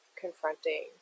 confronting